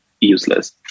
useless